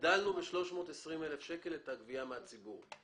הגדלנו ב-320,000 שקל את הגבייה מן הציבור.